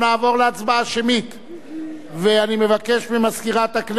אני מבקש ממזכירת הכנסת לבצע את ההצבעה השמית.